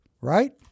right